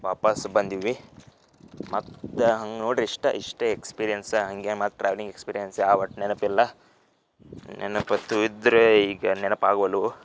ವಾಪಾಸ್ಸು ಬಂದಿವಿ ಮತ್ತೆ ಹಂಗ ನೋಡ್ರಿ ಇಷ್ಟ ಇಷ್ಟೇ ಎಕ್ಸ್ಪೀರಿಯನ್ಸ್ ಹಂಗೆ ಮತ್ತು ಟ್ರಾವೆಲಿಂಗ್ ಎಕ್ಸ್ಪೀರಿಯನ್ಸ್ ಯಾ ಒಟ್ಟು ನೆನಪಿಲ್ಲ ನೆನಪತ್ತು ಇದ್ದರೆ ಈಗ ನೆನಪಾಗ್ವಲವು